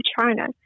China